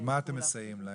במה אתם מסייעים להם?